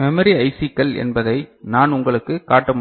memory ஐசிக்கள் என்பதை நான் உங்களுக்குக் காட்ட முடியும்